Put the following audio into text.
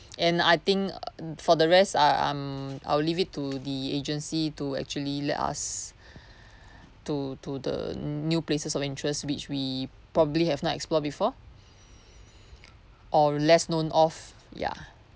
and I think for the rest uh I'm I'll leave it to the agency to actually let us to to the new places of interest which we probably have not explore before or less known of ya